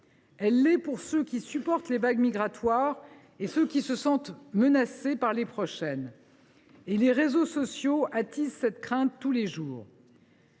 Elle l’est pour ceux qui supportent les vagues migratoires actuelles comme pour ceux qui se sentent menacés par les prochaines. Et les réseaux sociaux attisent cette crainte tous les jours.